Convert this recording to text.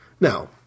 Now